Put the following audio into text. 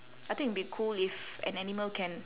I think it'll be cool if an animal can